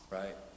right